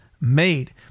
made